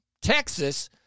Texas